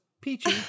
peachy